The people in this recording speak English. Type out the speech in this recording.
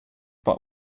but